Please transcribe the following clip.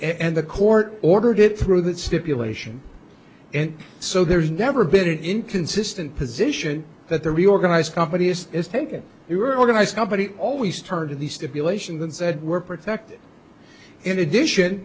and the court ordered it through that stipulation and so there's never been an inconsistent position that the reorganized company is taken you were organized company always turned in the stipulation and said were protected in addition